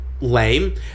lame